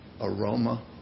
aroma